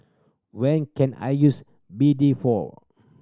when can I use B D for